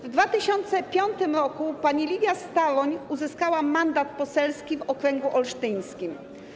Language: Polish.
W 2005 r. pani Lidia Staroń uzyskała mandat poselski w okręgu olsztyńskim.